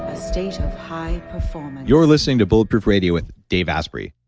a state of high performance you're listening to bulletproof radio with dave asprey.